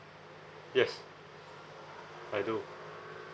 yes I do